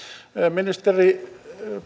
ministeri